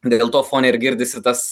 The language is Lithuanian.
dėl to fone ir girdisi tas